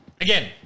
Again